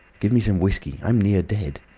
give me some whiskey. i'm near dead.